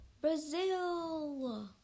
Brazil